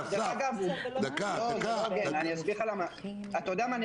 אתה יודע מה,